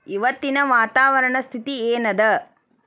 ಇವತ್ತಿನ ವಾತಾವರಣ ಸ್ಥಿತಿ ಏನ್ ಅದ?